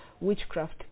witchcraft